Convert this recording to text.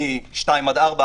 2 עד 4,